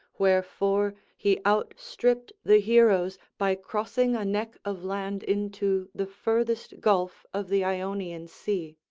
wherefore he outstripped the heroes by crossing a neck of land into the furthest gulf of the ionian sea.